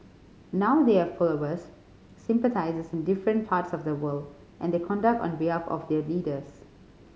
now they have followers sympathisers in different parts of the world and conduct on behalf of their leaders